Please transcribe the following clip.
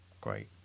Great